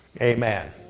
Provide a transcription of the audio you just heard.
amen